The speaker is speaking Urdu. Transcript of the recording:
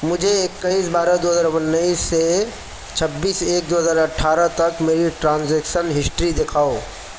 مجھے اکیس بارہ دو ہزار انیس سے چھبیس ایک دو ہزار اٹھارہ تک میری ٹرانزیکسن ہشٹری دکھاؤ